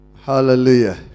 hallelujah